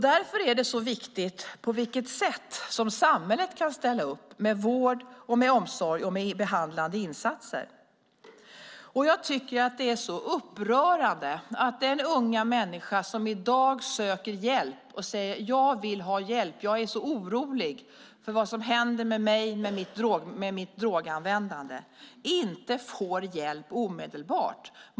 Därför är det så viktigt på vilket sätt som samhället kan ställa upp med vård, omsorg och behandlande insatser. Det är så upprörande att den unga människa som i dag söker hjälp och säger att "jag vill ha hjälp, jag är så orolig för vad som händer med mig och mitt droganvändande" inte får hjälp omedelbart.